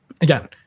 Again